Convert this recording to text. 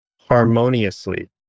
harmoniously